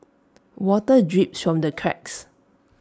water drips from the cracks